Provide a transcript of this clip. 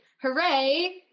hooray